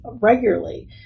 regularly